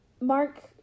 Mark